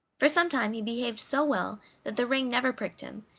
for some time he behaved so well that the ring never pricked him,